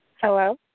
Hello